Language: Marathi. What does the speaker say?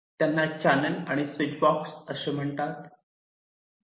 त्यांना चॅनेल आणि स्विच बॉक्स असे म्हणतात